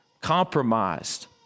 Compromised